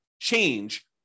change